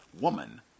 woman